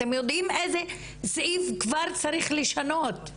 אתם יודעים איזה סעיף כבר צריך לשנות.